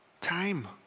Time